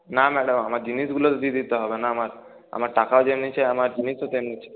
না ম্যাডাম আমার জিনিসগুলোতো দিয়ে দিতে হবে না আমার টাকাও যেমনি চাই আমার জিনিসও তেমনি